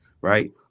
right